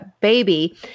Baby